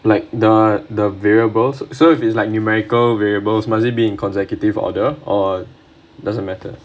like the the variables so if it's like numerical variables must it be consecutive order or doesn't matter